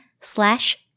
slash